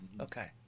Okay